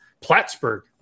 Plattsburgh